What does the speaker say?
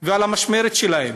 ועל המשמורת שלהם.